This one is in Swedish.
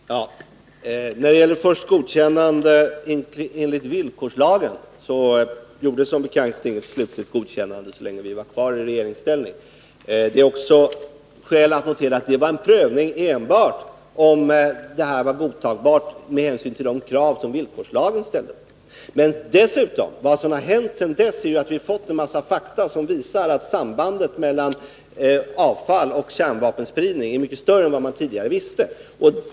Herr talman! När det till att börja med gäller godkännande enligt villkorslagen gjordes som bekant inget slutligt godkännande så länge vi var kvari regeringsställning. Det är också skäl att notera att den prövning som då skedde enbart gällde om detta var godtagbart med hänsyn till de krav som villkorslagen ställde. Vad som hänt sedan dess är att vi har fått en mängd fakta, som visar att sambandet mellan avfall och kärnvapenspridning är mycket större än man tidigare visste.